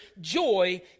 joy